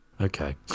okay